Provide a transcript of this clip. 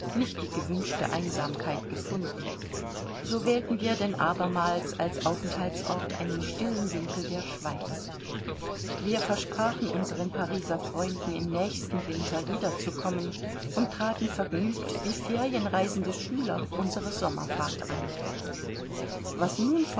nicht die gewünschte einsamkeit gefunden so wählten wir denn abermals als aufenthaltsort einen stillen winkel der schweiz wir versprachen unseren pariser freunden im nächsten winter wiederzukommen und traten vergnügt wie ferienreisende schüler unsere sommerfahrt an was nun